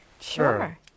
Sure